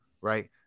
right